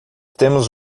temos